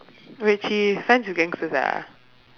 wait she finds the gangsters ah